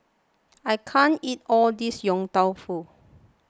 I can't eat all this Yong Tau Foo